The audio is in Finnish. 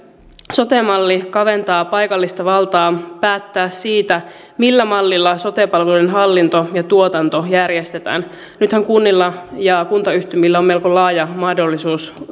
sote malli kaventaa paikallista valtaa päättää siitä millä mallilla sote palveluiden hallinto ja tuotanto järjestetään nythän kunnilla ja kuntayhtymillä on melko laaja mahdollisuus